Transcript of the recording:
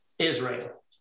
israel